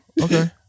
Okay